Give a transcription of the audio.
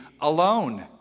alone